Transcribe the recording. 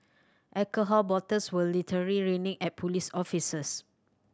alcohol bottles were literally raining at police officers